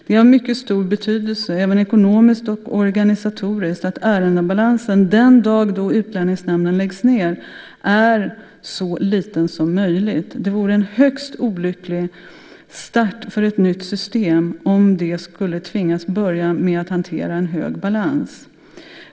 Det är av mycket stor betydelse, även ekonomiskt och organisatoriskt, att ärendebalansen den dag då Utlänningsnämnden läggs ned är så liten som möjligt. Det vore en högst olycklig start för ett nytt system om det skulle tvingas börja med att hantera en hög balans.